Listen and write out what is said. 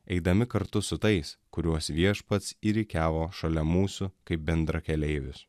eidami kartu su tais kuriuos viešpats įrikiavo šalia mūsų kaip bendrakeleivius